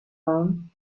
around